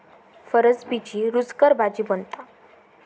फरसबीची रूचकर भाजी बनता